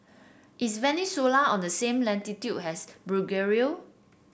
is Venezuela on the same latitude as Bulgaria